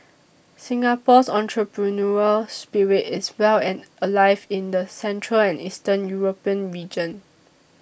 Singapore's entrepreneurial spirit is well and alive in the central and Eastern European region